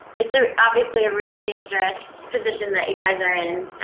it's ah obviously a really dangerous position that you guys are in.